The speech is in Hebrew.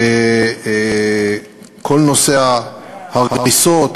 וכל נושא ההריסות,